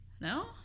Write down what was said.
no